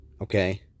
Okay